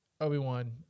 Obi-Wan